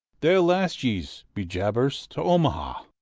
they'll last yez, be jabbers, to omaha.